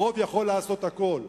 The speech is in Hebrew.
הרוב יכול לעשות הכול,